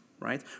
right